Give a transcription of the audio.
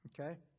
Okay